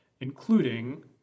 including